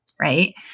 right